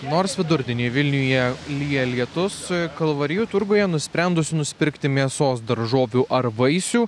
nors vidurdienį vilniuje lyja lietus kalvarijų turguje nusprendusių nusipirkti mėsos daržovių ar vaisių